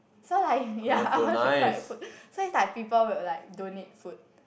so like yea I want to collect food so it's like people will like donate food